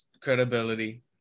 credibility